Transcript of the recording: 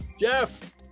Jeff